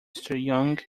young